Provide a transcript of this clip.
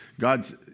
God's